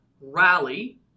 rally